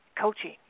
coaching